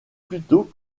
plutôt